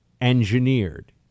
engineered